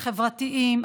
החברתיים,